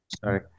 Sorry